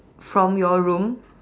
from your room